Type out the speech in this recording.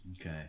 Okay